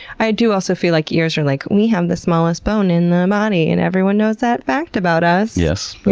i do also feel like ears are like, we have the smallest bone in the body and everyone knows that fact about us. yes, but